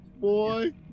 boy